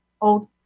old